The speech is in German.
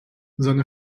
seine